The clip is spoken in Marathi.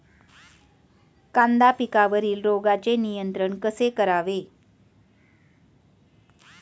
कांदा पिकावरील रोगांचे नियंत्रण कसे करावे?